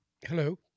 Hello